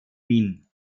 wien